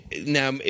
Now